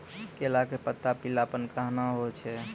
केला के पत्ता पीलापन कहना हो छै?